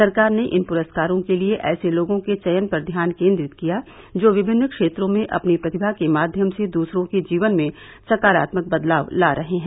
सरकार ने इन पुरस्कारों के लिए ऐसे लोगों के चयन पर ध्यान केन्द्रित किया जो विभिन्न क्षेत्रों में अपनी प्रतिमा के माध्यम से दूसरों के जीवन में सकारात्मक बदलाव ला रहे हैं